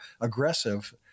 aggressive